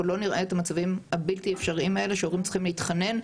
לא נראה את המצבים הבלתי אפשריים האלה שהורים צריכים להתחנן.